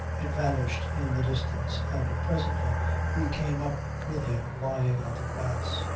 it vanished in the distance, and presently we came up with him lying on the grass.